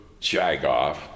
Jagoff